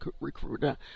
recruiter